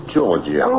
Georgia